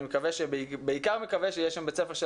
אני בעיקר מקווה שיהיה שם בית ספר של